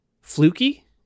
fluky